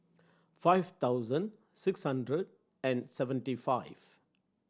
five thousand six hundred and seventy five